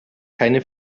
keine